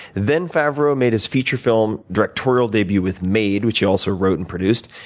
then favreau made his feature film directorial debut with made, which he also wrote and produced.